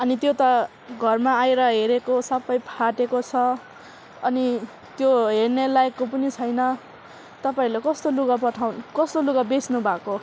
अनि त्यो त घरमा आएर हेरेको सबै फाटेको छ अनि त्यो हेर्ने लायकको पनि छैन तपाईँहरूले कस्तो लुगा पठाउ कस्तो लुगा बेच्नु भएको